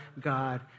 God